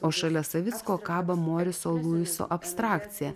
o šalia savicko kaba moriso luiso abstrakcija